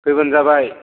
फैबानो जाबाय